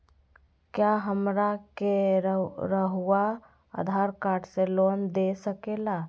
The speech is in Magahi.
क्या हमरा के रहुआ आधार कार्ड से लोन दे सकेला?